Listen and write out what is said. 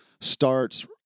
starts